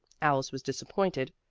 alice was disappointed,